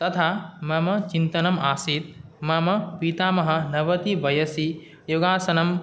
तथा मम चिन्तनम् आसीत् मम पितामह नवति वयसि योगासनं